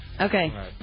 Okay